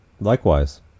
likewise